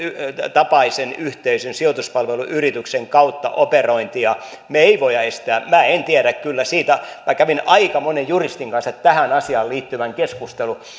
tapaisen yhteisön sijoituspalveluyrityksen kautta operointia me emme voi estää minä en tiedä kyllä siitä minä kävin aika monen juristin kanssa tähän asiaan liittyvän keskustelun